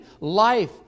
Life